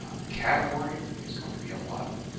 um the category is going to be allotment